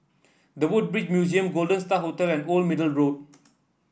The Woodbridge Museum Golden Star Hotel and Old Middle Road